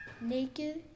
naked